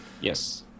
Yes